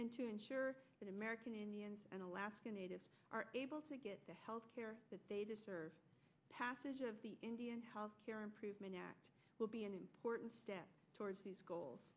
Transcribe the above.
and to ensure that american indians and alaska natives are able to get the health care that they deserve passage of the indian health care improvement act will be an important step towards the